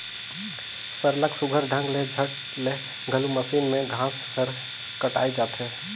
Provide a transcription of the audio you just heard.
सरलग सुग्घर ढंग ले झट ले घलो मसीन में घांस हर कटाए जाथे